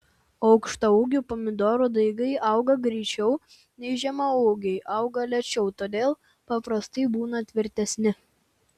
aukštaūgių pomidorų daigai auga greičiau o žemaūgiai auga lėčiau todėl paprastai būna tvirtesni